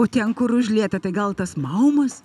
o ten kur užlieta tai gal tas maumas